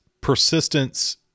persistence